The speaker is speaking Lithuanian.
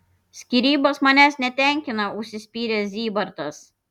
skyrybos manęs netenkina užsispyrė zybartas